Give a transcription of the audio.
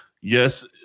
yes